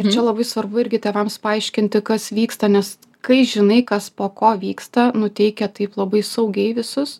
ir čia labai svarbu irgi tėvams paaiškinti kas vyksta nes kai žinai kas po ko vyksta nuteikia taip labai saugiai visus